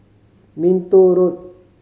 Minto Road